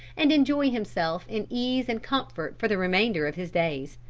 and enjoy himself in ease and comfort for the remainder of his days.